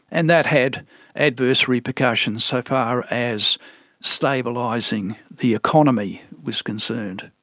and that had adverse repercussions so far as stabilising the economy was concerned.